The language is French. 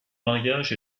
mariage